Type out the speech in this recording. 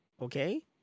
Okay